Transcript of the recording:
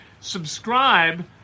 subscribe